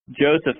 Joseph